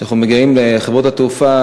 וכשאנחנו מגיעים לחברות התעופה,